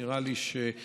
נראה לי שהדבר,